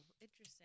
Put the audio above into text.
interesting